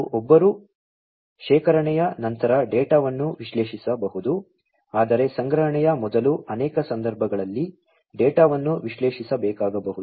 ಮತ್ತು ಒಬ್ಬರು ಶೇಖರಣೆಯ ನಂತರ ಡೇಟಾವನ್ನು ವಿಶ್ಲೇಷಿಸಬಹುದು ಆದರೆ ಸಂಗ್ರಹಣೆಯ ಮೊದಲು ಅನೇಕ ಸಂದರ್ಭಗಳಲ್ಲಿ ಡೇಟಾವನ್ನು ವಿಶ್ಲೇಷಿಸಬೇಕಾಗಬಹುದು